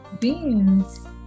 Beans